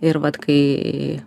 ir vat kai